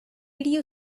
you